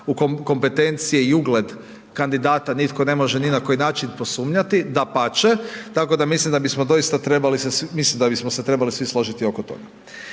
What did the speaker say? u kompetenciji je i ugled kandidata, nitko ne može ni na koji način posumnjati, dapače. Tako da mislim da bismo doista trebali se, mislim da